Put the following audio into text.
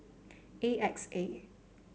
A X A